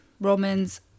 Romans